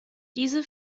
diese